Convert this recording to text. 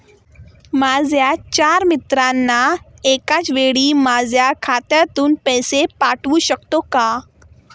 माझ्या चार मित्रांना एकाचवेळी माझ्या खात्यातून पैसे पाठवू शकतो का?